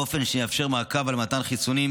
באופן שיאפשר מעקב על מתן חיסונים,